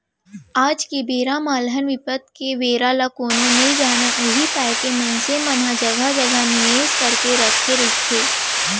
आज के बेरा म अलहन बिपत के बेरा ल कोनो नइ जानय उही पाय के मनसे मन ह जघा जघा निवेस करके रखे रहिथे